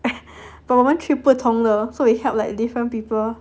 but 我们去不同的 lor so we help like different people